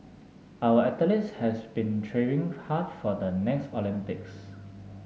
our athletes has been training hard for the next Olympics